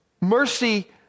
Mercy